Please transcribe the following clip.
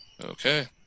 okay